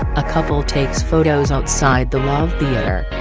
a couple takes photos outside the love theater.